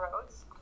roads